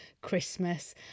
Christmas